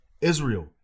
israel